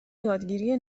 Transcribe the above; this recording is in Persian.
یادگیری